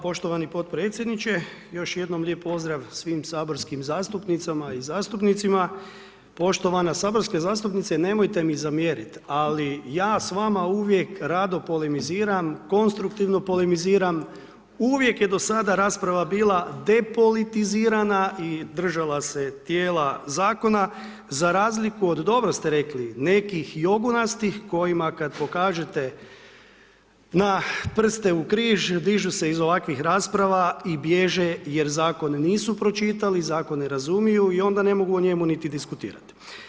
Hvala poštovani podpredsjedniče, još jednom lijep pozdrav svim saborskim zastupnicama i zastupnicima, poštovana saborska zastupnice nemojte mi zamjerit ali ja s vama uvijek rado polemiziram, konstruktivno polemiziram, uvijek je do sada rasprava bila depolitizirana i držala se tijela zakona za razliku od dobro ste rekli nekih jogunastih kojima kad pokažete na prste u križ, dižu se iz ovakvih rasprava i bježe jer zakon nisu pročitali, zakon ne razumiju i onda ne mogu o njemu niti diskutirati.